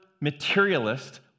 materialist